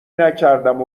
نکردم